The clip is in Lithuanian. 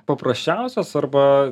paprasčiausias arba